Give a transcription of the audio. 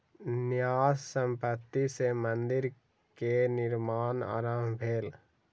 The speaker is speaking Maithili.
न्यास संपत्ति सॅ मंदिर के निर्माण आरम्भ भेल